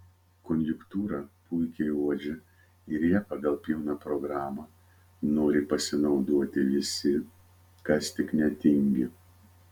konjunktūrą puikiai uodžia ir ja pagal pilną programą nori pasinaudoti visi kas tik netingi